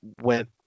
went